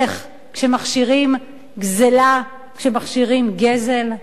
איך, כשמכשירים גזלה, כשמכשירים גזל?